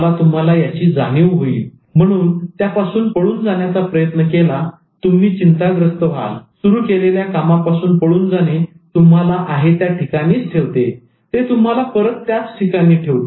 तुम्हाला याची जाणीव होईल म्हणून त्यापासून पळून जाण्याचा प्रयत्न केला तर तुम्ही चिंताग्रस्त व्हाल सुरु केलेल्या कामापासून पळून जाणे तुम्हाला आहे त्या ठिकाणीच ठेवते ते तुम्हाला परत त्याच ठिकाणी आणते